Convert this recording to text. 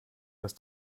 dass